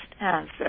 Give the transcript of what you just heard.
answer